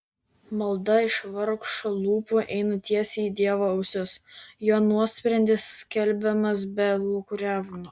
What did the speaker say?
malda iš vargšo lūpų eina tiesiai į dievo ausis jo nuosprendis skelbiamas be lūkuriavimo